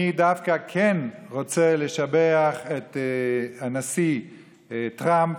אני דווקא כן רוצה לשבח את הנשיא טראמפ,